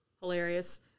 Hilarious